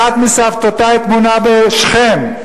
אחת מסבותי טמונה בשכם.